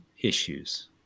issues